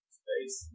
space